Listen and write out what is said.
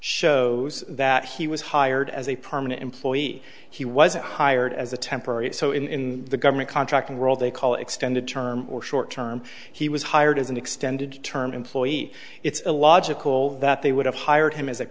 shows that he was hired as a permanent employee he was hired as a temporary so in the government contracting world they call extended term or short term he was hired as an extended term employee it's illogical that they would have hired him as a